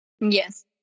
Yes